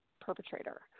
perpetrator